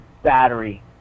battery